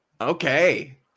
Okay